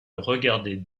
regardait